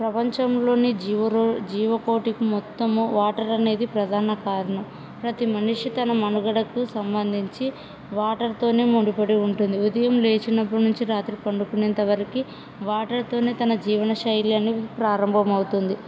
ప్రపంచంలోని జీవకోటికి మొత్తము వాటర్ అనేది ప్రధాన కారణం ప్రతి మనిషి తన మనుగడకు సంబంధించి వాటర్తోనే ముడిపడి ఉంటుంది ఉదయం లేచినప్పుడు నుంచి రాత్రి పడుకునేంతవరకు వాటర్తోనే తన జీవనశైలి అనేది ప్రారంభమవుతుంది